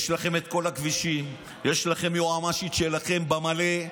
יש לכם את כל הכבישים, יש לכם יועמ"שית שלכם במלא,